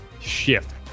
shift